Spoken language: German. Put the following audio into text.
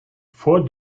vor